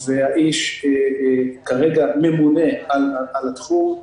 הוא כרגע ממונה על התחום.